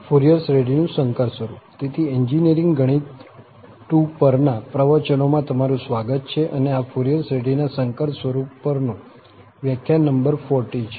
Fourier શ્રેઢીનું સંકર સ્વરૂપ તેથી એન્જીનીયરીંગ ગણિત II પરના પ્રવચનોમાં તમારું સ્વાગત છે અને આ ફુરિયર શ્રેઢીના સંકર સ્વરૂપ પરનું વ્યાખ્યાન નંબર 40 છે